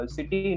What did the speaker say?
City